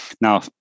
Now